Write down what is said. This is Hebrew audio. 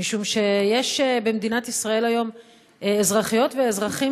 משום שיש במדינת ישראל היום אזרחיות ואזרחים